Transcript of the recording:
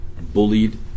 bullied